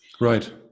Right